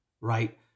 right